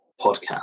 podcast